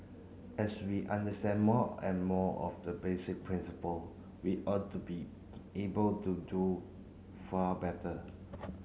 as we understand more and more of the basic principle we ought to be able to do far better